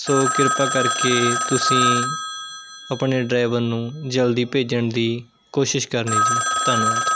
ਸੋ ਕ੍ਰਿਪਾ ਕਰਕੇ ਤੁਸੀਂ ਆਪਣੇ ਡਰਾਈਵਰ ਨੂੰ ਜਲਦੀ ਭੇਜਣ ਦੀ ਕੋਸ਼ਿਸ਼ ਕਰਨੀ ਜੀ ਧੰਨਵਾਦ